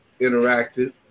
interacted